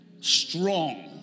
Strong